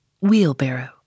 WHEELBARROW